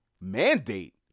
Mandate